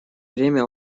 время